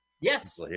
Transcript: Yes